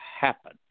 happen